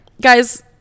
guys